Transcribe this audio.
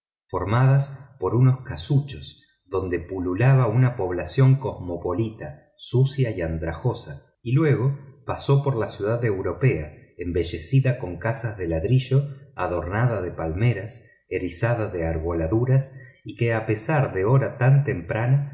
formadas por unos casuchos donde pululaba una población cosmopolita sucia y andrajosa y luego pasó por la ciudad europea embellecida con casas de ladrillos adornada de palmeras erizadas de arboladuras y que a pesar de la hora temprana